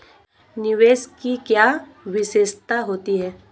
निवेश की क्या विशेषता होती है?